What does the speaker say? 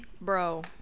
bro